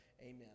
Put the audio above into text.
Amen